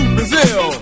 Brazil